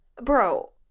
Bro